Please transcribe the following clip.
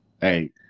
Hey